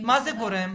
מה זה גורם?